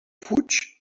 fuig